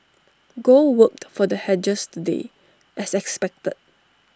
gold worked for the hedgers today as expected